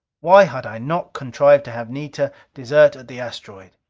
why had i not contrived to have anita desert at the asteroid?